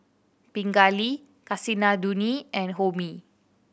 Pingali Kasinadhuni and Homi